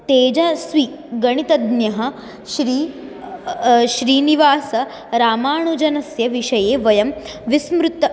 तेजस्वी गणितज्ञः श्री श्रीनिवास रामाणुजनस्य विषये वयं विस्मृतः